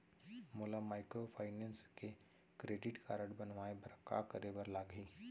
मोला माइक्रोफाइनेंस के credit card बनवाए बर का करे बर लागही?